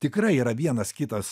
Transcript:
tikrai yra vienas kitas